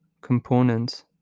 components